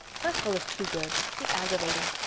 perceval is too good. he's aggravating.